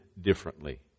differently